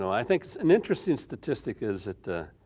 i think it's an interesting statistic is that,